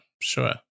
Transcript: sure